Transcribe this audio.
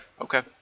Okay